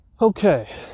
Okay